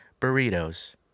burritos